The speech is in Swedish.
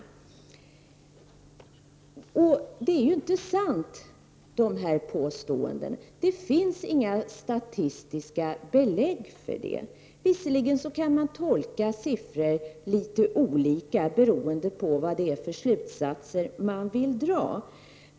Men dessa påståenden är ju inte sanna. Det finns inga statistiska belägg för dem. Visserligen kan man tolka siffror litet olika beroende på vilka slutsatser som man vill dra.